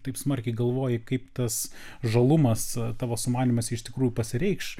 taip smarkiai galvoji kaip tas žalumas tavo sumanymas iš tikrųjų pasireikš